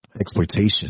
exploitation